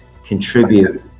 Contribute